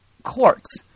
courts